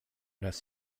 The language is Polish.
raz